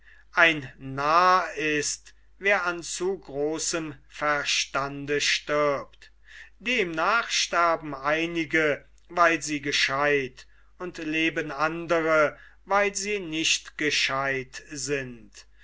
ein narr ist wer an zu großem verstande stirbt demnach sterben einige weil sie gescheut und leben andre weil sie nicht gescheut sind